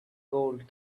golf